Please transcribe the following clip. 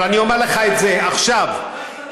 אבל אני אומר לך את זה עכשיו: היום,